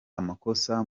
amakosa